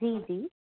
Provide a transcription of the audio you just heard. जी जी